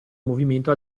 movimento